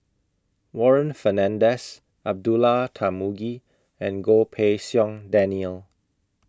Warren Fernandez Abdullah Tarmugi and Goh Pei Siong Daniel